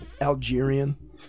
Algerian